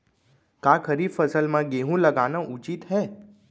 का खरीफ फसल म गेहूँ लगाना उचित है?